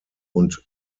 und